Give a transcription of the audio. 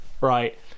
right